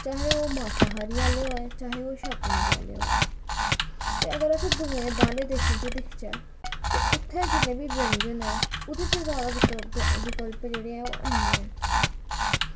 चाहे ओह् मासाहारी आह्ले होऐ चाहे ओह् शाकाहारी आह्ले होऐ ते अगर अस दुएं बाह्रलें देशें आह्ले बल्ल दिक्खचै ते उत्थै जिन्ने बी व्यंजन न ओह्दे च जादै विकल्प विकल्प जेह्ड़े ऐ ओह् ऐनी ऐ